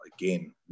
again